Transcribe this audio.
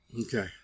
Okay